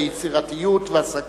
היצירתיות והסקרנות.